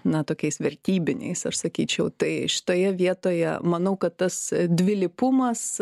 na tokiais vertybiniais aš sakyčiau tai šitoje vietoje manau kad tas dvilypumas